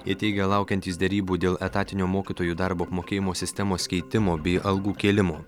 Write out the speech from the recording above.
jie teigė laukiantys derybų dėl etatinio mokytojų darbo apmokėjimo sistemos keitimo bei algų kėlimo